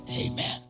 Amen